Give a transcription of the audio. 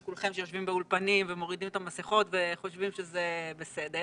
לכולכם שיושבים באולפנים ומורידים את המסכות וחושבים שזה בסדר